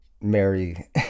Mary